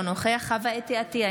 אינו נוכח חוה אתי עטייה,